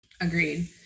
Agreed